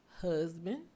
husband